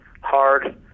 hard